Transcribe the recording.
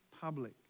public